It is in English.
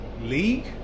League